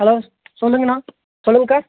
hello சொல்லுங்கள்ண்ணா சொல்லுங்கள் அக்கா